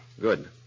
Good